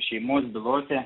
šeimos bylose